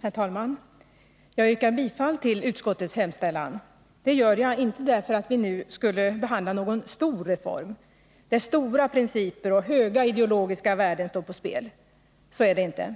Herr talman! Jag yrkar bifall till utskottets hemställan. Det gör jag inte därför att vi nu skulle behandla någon stor reform, där stora principer och höga ideologiska värden står på spel. Så är det inte.